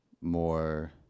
more